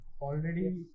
Already